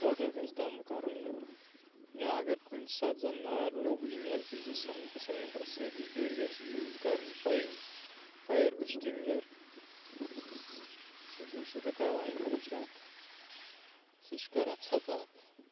total گژھِ دَم کَرُن یہِ یا اگر کُنہِ ساتہٕ زَن نار لوٚگ ییٚمہِ ایل پی جی سِ سِلینٛڈَر سۭتۍ تِژھ پھِرِ گژھِ یوٗز کَرُن فَیِنٛگ فَایَر اُسٹِنٛگجَر سُہ ہَسا چھِ رُکاوان امہِ نِش اَتھ سُہ چھِ کَران ژھٮ۪تہٕ اَتھ